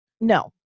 No